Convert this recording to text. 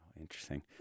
Interesting